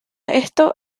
esto